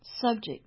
subject